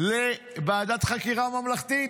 מוועדת חקירה ממלכתית.